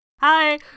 Hi